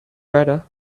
better